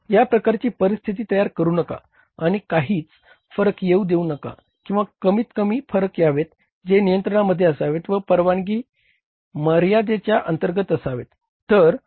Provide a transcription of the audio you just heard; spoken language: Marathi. या प्रकारची परिस्थिती तयार करु नका आणि काहीच फरक येऊ देऊ नका किंवा कमीत कमी फरक यावेत जे नियंत्रणामध्ये असावेत व परवानगी मर्यादेच्या अंतर्गत असावेत